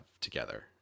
together